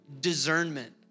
discernment